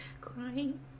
Crying